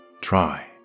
try